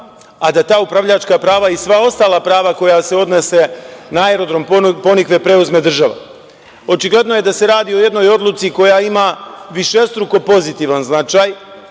a da ta upravljačka prava i sva ostala prava koja se odnose na Aerodrom „Ponikve“ preuzme država. Očigledno je da se radi o jednoj odluci koja ima višestruko pozitivan značaj,